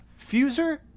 Fuser